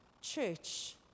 church